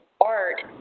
art